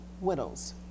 widows